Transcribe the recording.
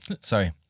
Sorry